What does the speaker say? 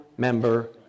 member